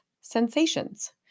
sensations